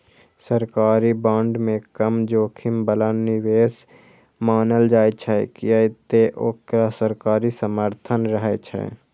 सरकारी बांड के कम जोखिम बला निवेश मानल जाइ छै, कियै ते ओकरा सरकारी समर्थन रहै छै